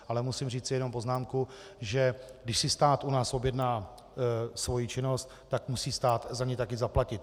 Ale musím říci jenom poznámku, že když si stát u nás objedná svoji činnost, tak musí stát také za ni zaplatit.